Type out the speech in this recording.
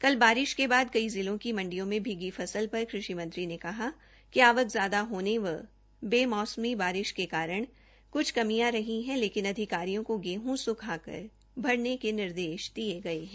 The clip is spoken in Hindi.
कल बारिष के बाद कई जिलों की मंडियों में भीगी फसल पर कृषि मंत्री ने कहा कि आवक ज्यादा होने व बेमौसमी बारिष के कारण कुछ कमियां रही हैं लेकिन अधिकारियों को गेहूं सुखाकर भरने के निर्देष दिये गए हैं